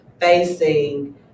facing